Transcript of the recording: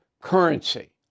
currency